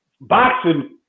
boxing